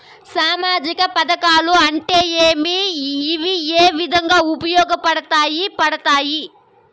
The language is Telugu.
సామాజిక పథకాలు అంటే ఏమి? ఇవి ఏ విధంగా ఉపయోగపడతాయి పడతాయి?